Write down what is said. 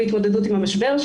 בהתמודדות עם המשבר,